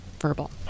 Verbal